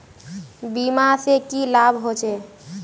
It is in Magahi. बीमा से की लाभ होचे?